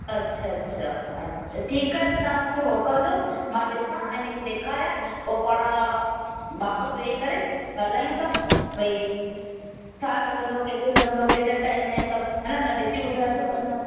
अछा अछा अछा त ठीकु आहे त तव्हां मूंखे मोकिलिजो मां ॾिसां ऐं हिन खे ॾेखारियां पोइ पाण वापसि वेही करे ॻाल्हायूं था भाई छा लॻंदो केतिरो लॻंदो केतिरे टाईम में सभु हा न त ॾिसी ॿुधाइजो